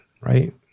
right